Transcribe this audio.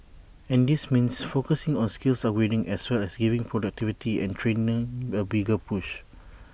and this means focusing on skills upgrading as well as giving productivity and training A bigger push